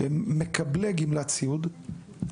מקבלי גמלת סיעוד,